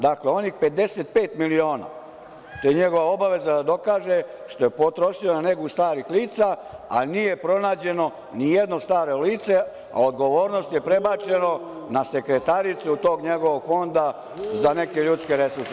Dakle, onih 55 miliona, to je njegova obaveza da dokaže što je potrošio na negu starih lica, a nije pronađeno nijedno staro lice, a odgovornost je prebačeno na sekretaricu tog njegovog fonda za neke ljudske resurse.